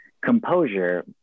composure